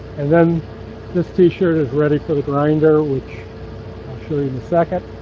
and then this t-shirt is ready for the grinder which i'll show you in a second.